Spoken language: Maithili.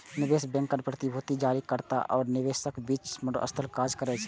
निवेश बैंकर प्रतिभूति जारीकर्ता आ निवेशकक बीच मध्यस्थक काज करै छै